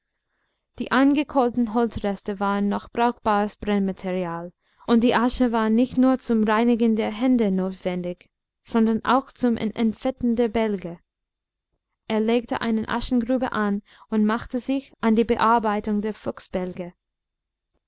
die angekohlten holzreste waren noch brauchbares brennmaterial und die asche war nicht nur zum reinigen der hände notwendig sondern auch zum entfetten der bälge er legte eine aschengrube an und machte sich an die bearbeitung der